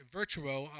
virtual